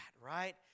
right